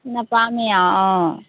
নেপামেই আৰু অঁ